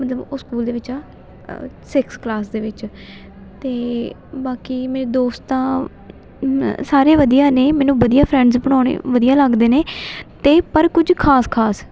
ਮਤਲਬ ਉਹ ਸਕੂਲ ਦੇ ਵਿੱਚ ਆ ਸਿਕਸ ਕਲਾਸ ਦੇ ਵਿੱਚ ਅਤੇ ਬਾਕੀ ਮੇਰੇ ਦੋਸਤਾਂ ਨ ਸਾਰੀਆਂ ਵਧੀਆ ਨੇ ਮੈਨੂੰ ਵਧੀਆ ਫਰੈਂਡਸ ਬਣਾਉਣੇ ਵਧੀਆ ਲੱਗਦੇ ਨੇ ਅਤੇ ਪਰ ਕੁਝ ਖਾਸ ਖਾਸ